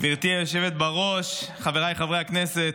גברתי היושבת בראש, חבריי חברי הכנסת,